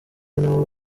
nabo